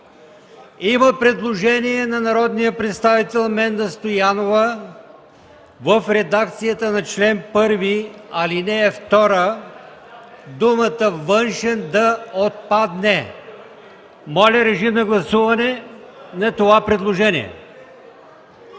Има предложение на народния представител Менда Стоянова – в редакцията на чл. 1, ал. 2 думата „външен” да отпадне. Моля, гласувайте това предложение.